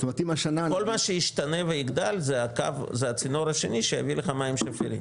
כל מה שישתנה ויגדל זה הצינור השני שיעביר לך מים שפירים.